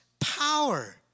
power